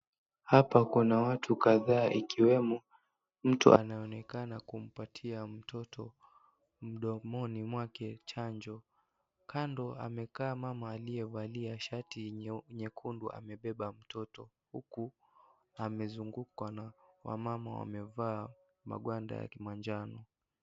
Hapa kuna watu kadhaa ikiwemo mtu anaonekana kimpatia mtoto mdomoni mwake chanjo , kando amekaa mama aliyevalia shati nyekundu amebeba mtoto huku amezungukwa na wamama wamevaa magwanda ya kimanjano.